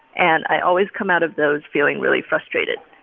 and i always come out of those feeling really frustrated.